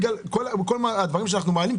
בגלל כל הדברים שאנחנו מעלים.